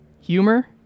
humor